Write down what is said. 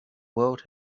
world